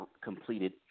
completed